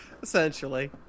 Essentially